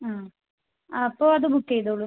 ആ അപ്പോൾ അത് ബുക്ക് ചെയ്തോളൂ